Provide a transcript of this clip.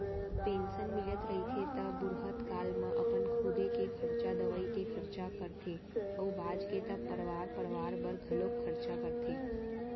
pension मिलत रहिथे त बुड़हत काल म अपन खुदे के खरचा, दवई के खरचा करथे अउ बाचगे त परवार परवार बर घलोक खरचा करथे